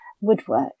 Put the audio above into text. woodwork